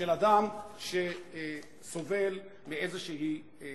של אדם שסובל מאיזו מוגבלות.